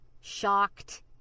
shocked